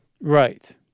Right